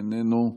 איננו,